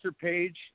page